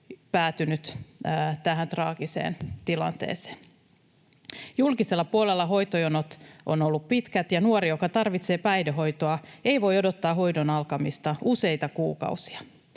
päätynyt tähän traagiseen tilanteeseen. Julkisella puolella hoitojonot ovat olleet pitkät, ja nuori, joka tarvitsee päihdehoitoa, ei voi odottaa hoidon alkamista useita kuukausia.